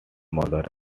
mother